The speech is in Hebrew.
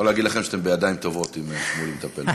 אני יכול להגיד לכם שאתם בידיים טובות אם שמולי מטפל בזה,